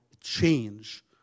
change